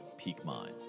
PEAKMIND